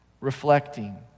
reflecting